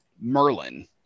Merlin